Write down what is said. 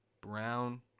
Brown